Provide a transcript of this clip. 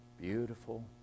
beautiful